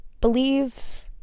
believe